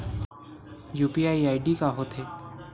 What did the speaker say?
UPI ID का होथे?